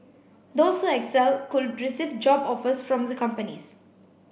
those who excel could receive job offers from the companies